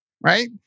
right